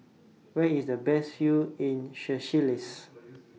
Where IS The Best View in Seychelles